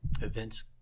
Events